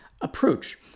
approach